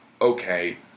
okay